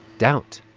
doubt